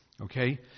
okay